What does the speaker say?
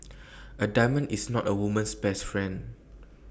A diamond is not A woman's best friend